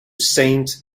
saint